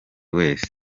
wese